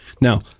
Now